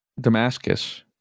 Damascus